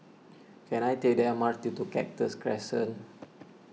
can I take the M R T to Cactus Crescent